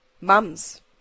mums